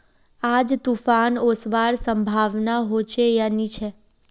आज तूफ़ान ओसवार संभावना होचे या नी छे?